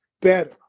better